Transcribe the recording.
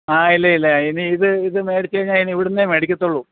ആ ഇല്ല ഇല്ല ഇനി ഇത് ഇത് മേടിച്ച് കഴിഞ്ഞാൽ ഇനി ഇവിടെ നിന്നേ മേടിക്കത്തുള്ളു